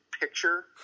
Picture